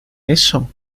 eso